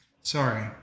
Sorry